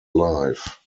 life